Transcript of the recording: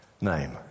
name